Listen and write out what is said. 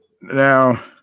now